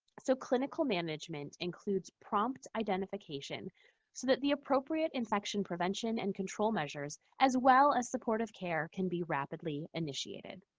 so clinical management includes prompt identification so that the appropriate infection prevention and control measures as well as supportive care can be rapidly initiated.